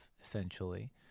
essentially